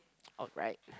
alright